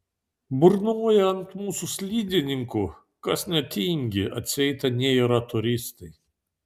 burnoja ant mūsų slidininkų kas netingi atseit anie yra turistai